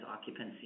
occupancy